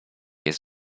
jest